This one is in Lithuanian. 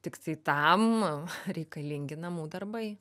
tiktai tam reikalingi namų darbai